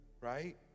right